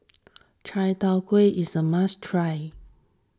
Chai Dao Kueh is a must try